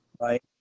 right